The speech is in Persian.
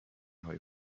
های